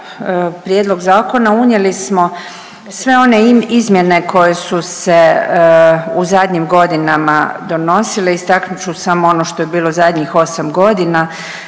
prijedlog zakona unijeli smo sve one izmjene koje su se u zadnjim godinama donosile, istaknut ću samo ono što je bilo zadnjih osam godina,